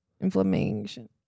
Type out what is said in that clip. Inflammation